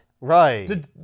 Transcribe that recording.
Right